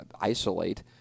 isolate